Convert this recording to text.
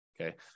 okay